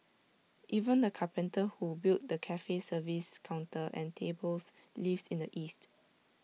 even the carpenter who built the cafe's service counter and tables lives in the east